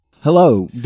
Hello